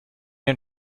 den